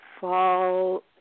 fall